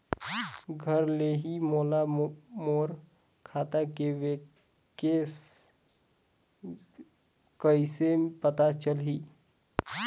घर ले ही मोला मोर खाता के बैलेंस कइसे पता चलही?